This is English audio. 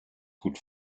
could